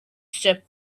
step